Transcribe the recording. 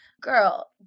girl